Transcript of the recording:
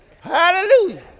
Hallelujah